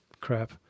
crap